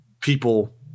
people